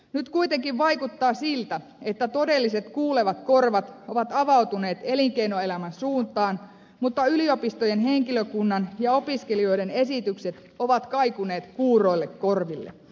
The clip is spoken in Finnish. nyt kuitenkin vaikuttaa siltä että todelliset kuulevat korvat ovat avautuneet elinkeinoelämän suuntaan mutta yliopistojen henkilökunnan ja opiskelijoiden esitykset ovat kaikuneet kuuroille korville